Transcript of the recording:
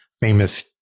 famous